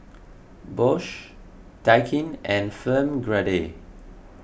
Bosch Daikin and Film Grade